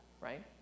right